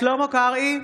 שלמה קרעי,